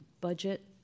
budget